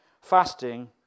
fasting